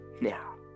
Now